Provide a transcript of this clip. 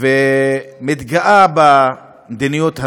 ומתגאה במדיניות הזאת,